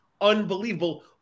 unbelievable